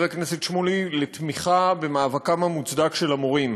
הכנסת שמולי בתמיכה במאבקם המוצדק של המורים.